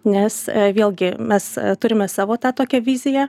nes vėlgi mes turime savo tą tokią viziją